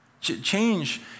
Change